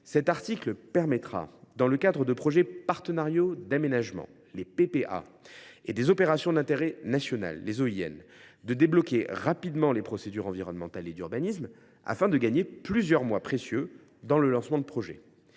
Cet article permettra, dans le cadre de projets partenariaux d’aménagement (PPA) et d’opérations d’intérêt national (OIN), de débloquer rapidement les procédures liées aux exigences environnementales et urbanistiques afin de gagner plusieurs mois précieux lors du lancement d’un projet.